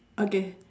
okay